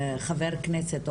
חבר כנסת,